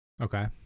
Okay